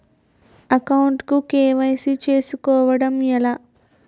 Account కు KYC చేసుకోవడం ఎలా?